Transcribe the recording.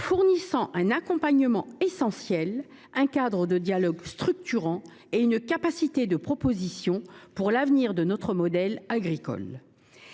offrent un accompagnement essentiel, un cadre de dialogue structurant et sont une force de proposition pour l’avenir de notre modèle agricole.